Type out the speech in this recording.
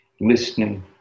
Listening